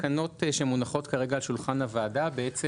התקנות שמונחות כרגע על שולחן הוועדה בעצם